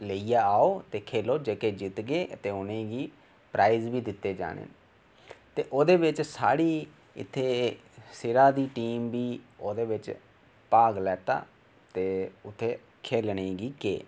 लेइयै आओ ते खेलो जेह्के जितगे उनेंगी प्राइज बी दित्ते जाने ना ते ओह्दे बिच्च साढ़ी इत्थै सिढ़ा दी टीम बी ओह्दे बिच्च भाग लैता ते उत्थै खेलने गी गे